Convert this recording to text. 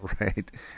right